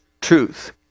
truth